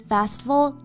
Festival